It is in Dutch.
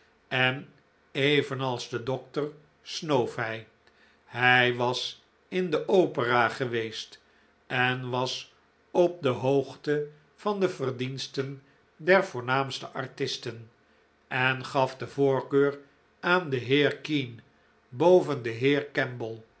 en evenals de dokter snoof hij hij was in de opera geweest en was op de hoogte van de verdiensten der voornaamste artisten en gaf de voorkeur aan den heer kean boven den heer